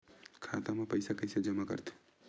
खाता म पईसा कइसे जमा करथे?